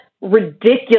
ridiculous